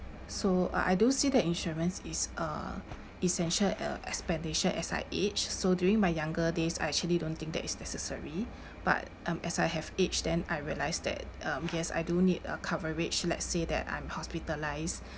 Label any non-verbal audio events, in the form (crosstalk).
so uh I don't see that insurance is a essential uh expenditure as I age so during my younger days I actually don't think that it's necessary (breath) but um as I have aged then I realise that um yes I do need a coverage let's say that I'm hospitalised